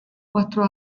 quattro